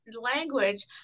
language